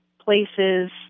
places